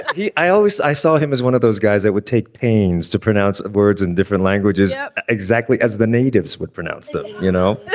i always i saw him as one of those guys that would take pains to pronounce words in different languages yeah exactly as the natives would pronounce that, you know.